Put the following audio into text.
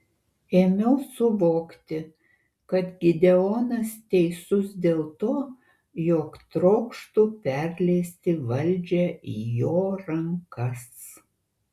ėmiau suvokti kad gideonas teisus dėl to jog trokštu perleisti valdžią į jo rankas